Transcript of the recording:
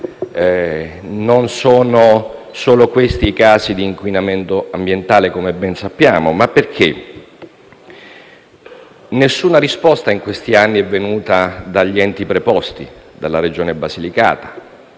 non sono solo questi i casi di inquinamento ambientale, come ben sappiamo. Nessuna risposta in questi anni è arrivata dagli enti preposti e dalla Regione Basilicata.